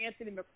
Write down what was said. Anthony